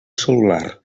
cel·lular